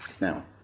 Now